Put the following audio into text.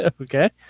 okay